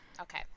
Okay